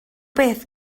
bethau